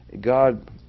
God